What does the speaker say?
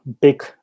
big